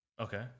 Okay